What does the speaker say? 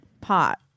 pot